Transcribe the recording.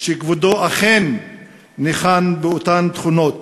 שכבודו אכן ניחן באותן תכונות